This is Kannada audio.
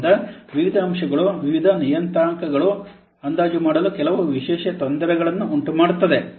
ಆದ್ದರಿಂದ ವಿಭಿನ್ನ ಅಂಶಗಳು ವಿವಿಧ ನಿಯತಾಂಕಗಳನ್ನು ಅಂದಾಜು ಮಾಡಲು ಕೆಲವು ವಿಶೇಷ ತೊಂದರೆಗಳನ್ನು ಉಂಟುಮಾಡುತ್ತದೆ